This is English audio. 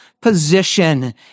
position